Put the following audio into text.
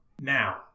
Now